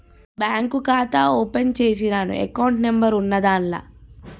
bank ఖాతా open చేసినాను account number ఉన్నాద్దాన్ల